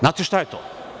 Znate li šta je to?